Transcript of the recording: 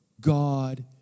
God